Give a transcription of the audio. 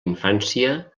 infància